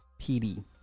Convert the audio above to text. PD